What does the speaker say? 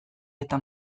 eta